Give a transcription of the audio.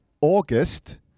August